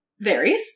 varies